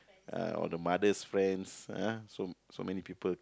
uh all the mother's friends ah so so many people